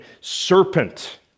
serpent